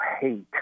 hate